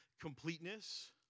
completeness